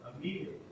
Immediately